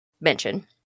mention